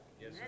Yes